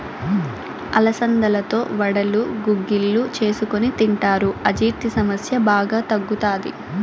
అలసందలతో వడలు, గుగ్గిళ్ళు చేసుకొని తింటారు, అజీర్తి సమస్య బాగా తగ్గుతాది